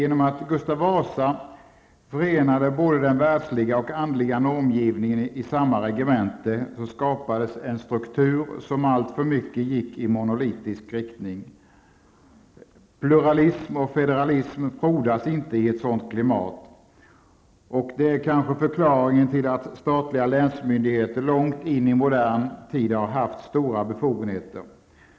Genom att Gustav Vasa förenade både den världsliga och andliga normgivningen i samma regemente, skapades en struktur som alltför mycket gick i monolitisk riktning. Pluralism och federalism frodas inte i ett sådant klimat. Det är kanske förklaringen till att statliga länsmyndigheter långt in i modern tid har haft stora befogenheter.